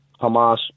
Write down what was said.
Hamas